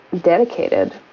dedicated